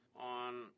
on